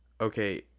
Okay